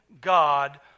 God